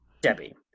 Debbie